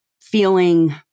feeling